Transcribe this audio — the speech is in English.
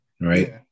Right